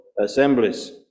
assemblies